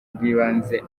rw’ibanze